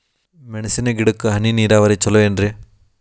ಮೆಣಸಿನ ಗಿಡಕ್ಕ ಹನಿ ನೇರಾವರಿ ಛಲೋ ಏನ್ರಿ?